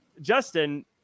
Justin